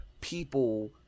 people –